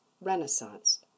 Renaissance